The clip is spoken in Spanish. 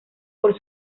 por